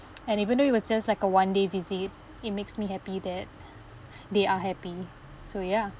and even though it was just like a one day visit it makes me happy that they are happy so ya